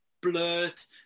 blurt